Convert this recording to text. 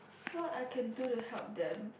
what I can do to help them